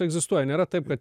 egzistuoja nėra taip kad